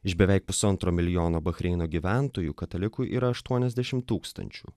iš beveik pusantro milijono bahreino gyventojų katalikų yra aštuoniasdešim tūkstančių